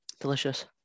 Delicious